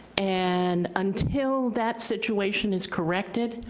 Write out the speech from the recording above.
and until that situation is corrected,